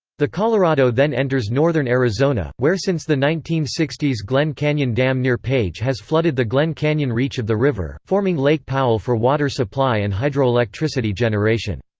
the colorado then enters northern arizona, where since the nineteen sixty s glen canyon dam near page has flooded the glen canyon reach of the river, forming lake powell for water supply and hydroelectricity generation.